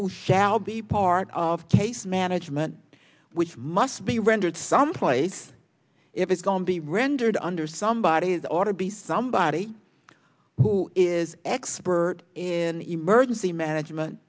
who shall be part of case management which must be rendered someplace if it's gone be rendered under somebody's eyes or to be somebody who is expert in emergency management